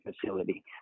facility